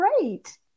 great